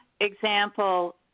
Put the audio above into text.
example